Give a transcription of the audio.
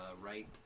right